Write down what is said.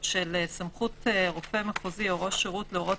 הוא יכול לומר לכם שלא ניתן לרדוף אחרי מאות אירועים ביום.